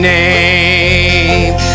name